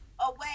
away